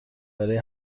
برای